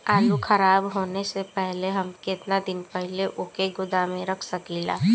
आलूखराब होने से पहले हम केतना दिन वोके गोदाम में रख सकिला?